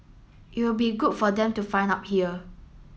it will be good for them to find out here